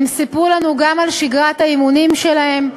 הם סיפרו לנו גם על שגרת האימונים שלהם.